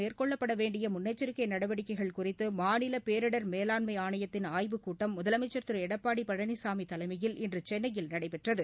மேற்கொள்ளப்பட வேண்டிய முன்னெச்சரிக்கை நடவடிக்கைகள் குறித்து மாநில பேரிடர் மேலாண்மை ஆணையத்திள் ஆய்வுக்கூட்டம் முதலமைச்சர் திரு எடப்பாடி பழனிசாமி தலைமையில் இன்று சென்னையில் நடைபெற்றது